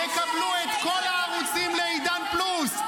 יקבלו את כל הערוצים לעידן פלוס.